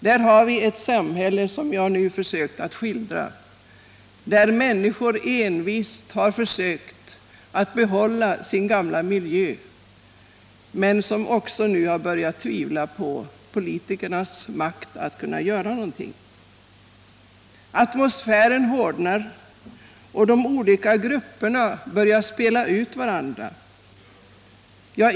Det är ett samhälle som jag nu har försökt skildra, där människor envist har försökt att behålla sin gamla miljö, men nu också har börjat tvivla på politikernas makt att kunna göra någonting. Atmosfären hårdnar, och olika grupper spelar ut varandra.